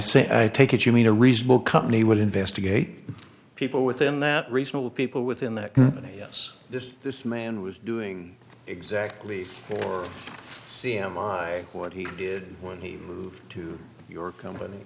say i take it you mean a reasonable company would investigate people within that reasonable people within that yes this this man was doing exactly for the m r i what he did when he moved to your company